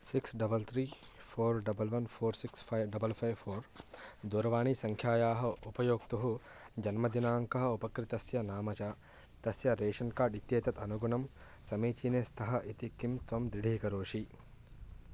six double three four double one four six five double five four दूरवाणीसङ्ख्यायाः उपयोक्तुः जन्मदिनाङ्कः उपकृतस्य नाम च तस्य रेशन् कार्ड् इत्येतत् अनुगुणं समीचीने स्तः इति किं त्वं दृढीकरोषि